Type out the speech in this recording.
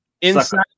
inside